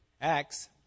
Acts